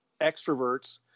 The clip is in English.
extroverts